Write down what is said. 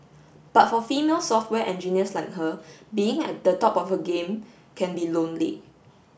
but for female software engineers like her being at the top of the game can be lonely